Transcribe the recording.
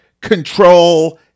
Control